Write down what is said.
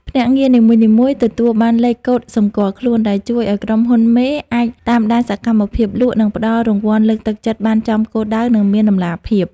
ភ្នាក់ងារនីមួយៗទទួលបាន "លេខកូដសម្គាល់ខ្លួន" ដែលជួយឱ្យក្រុមហ៊ុនមេអាចតាមដានសកម្មភាពលក់ និងផ្ដល់រង្វាន់លើកទឹកចិត្តបានចំគោលដៅ និងមានតម្លាភាព។